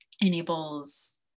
enables